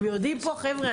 הם יודעים פה החבר'ה,